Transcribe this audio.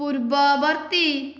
ପୂର୍ବବର୍ତ୍ତୀ